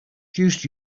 just